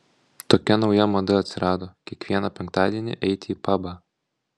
tokia nauja mada atsirado kiekvieną penktadienį eiti į pabą